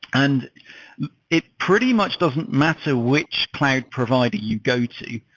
and it pretty much doesn't matter which cloud provider you go to.